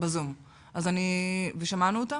שמענו אותם?